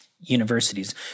universities